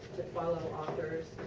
follow authors.